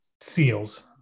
Seals